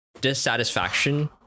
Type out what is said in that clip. dissatisfaction